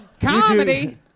Comedy